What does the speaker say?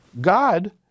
God